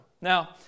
Now